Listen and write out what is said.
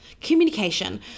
communication